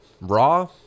raw